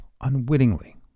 unwittingly